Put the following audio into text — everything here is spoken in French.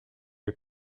les